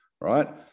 right